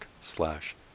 slash